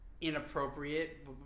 inappropriate